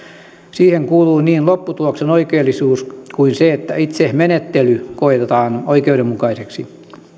siihen kuuluu niin lopputuloksen oikeellisuus kuin se että itse menettely koetaan oikeudenmukaiseksi